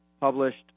published